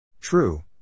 True